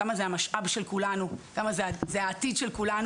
כמה זה המשאב של כולנו, כמה זה העתיד של כולנו.